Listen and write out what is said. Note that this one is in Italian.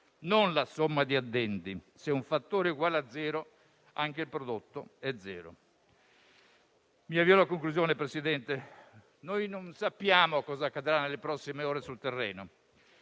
non la somma di addendi: se un fattore è uguale a zero, anche il prodotto è zero. Mi avvio alla conclusione, Presidente. Non sappiamo cosa accadrà nelle prossime ore sul terreno.